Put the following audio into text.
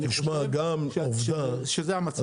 ואני חושב שזה המצב.